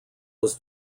was